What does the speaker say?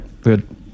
Good